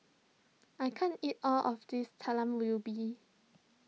I can't eat all of this Talam Ubi